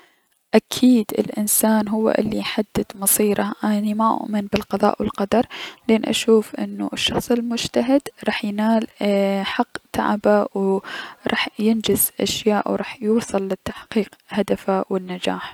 اكيد الأنسان هو الي يحدد مصيره اني ما اؤمن بالقضاء و قدر لأن اشوف انو الشخص المجتهد راح ينال ايي- حق تعبه و راح ينتج اشياء و راح يوصل لتحقيق هدفه والنجاح.